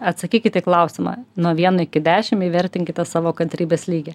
atsakykit į klausimą nuo vieno iki dešim įvertinkite savo kantrybės lygį